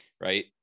Right